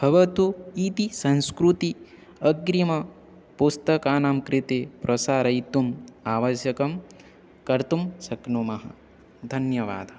भवतु इति संस्कृतिः अग्रिमं पुस्तकानां कृते प्रसारयितुम् आवश्यकं कर्तुं शक्नुमः धन्यवादः